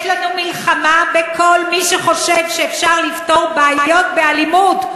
יש לנו מלחמה בכל מי שחושב שאפשר לפתור בעיות באלימות,